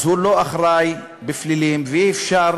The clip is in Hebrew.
אז הוא לא אחראי בפלילים ואי-אפשר